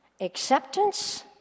Acceptance